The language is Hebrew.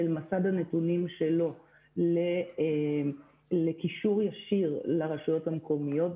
מסד הנתונים שלו לקישור ישיר לרשויות המקומיות.